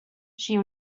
she